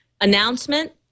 announcement